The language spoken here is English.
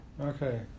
Okay